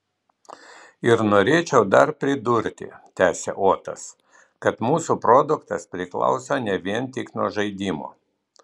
ir norėčiau dar pridurti tęsė otas kad mūsų produktas priklauso ne vien tik nuo žaidimo